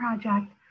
project